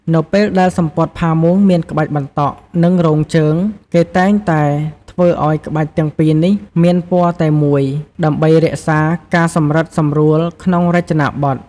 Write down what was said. នៅពេលដែលសំពត់ផាមួងមានក្បាច់បន្តក់ និងរងជើង គេតែងតែធ្វើឲ្យក្បាច់ទាំងពីរនេះមានពណ៌តែមួយ ដើម្បីរក្សាការសម្រិតសម្រួលក្នុងរចនាប័ទ្ម។